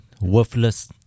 Worthless